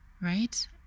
Right